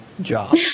job